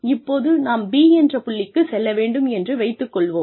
இப்போது நாம் B என்ற புள்ளிக்குச் செல்ல வேண்டும் என்று வைத்துக் கொள்வோம்